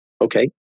okay